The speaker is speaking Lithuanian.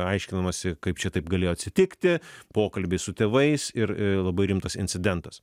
aiškinamasi kaip čia taip galėjo atsitikti pokalbiai su tėvais ir labai rimtas incidentas